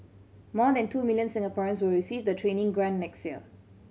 more than two million Singaporeans will receive the training grant next year